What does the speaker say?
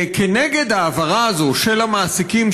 כנגד ההעברה הזאת של המעסיקים,